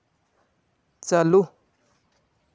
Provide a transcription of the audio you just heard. ᱪᱟᱹᱞᱩ